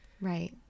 Right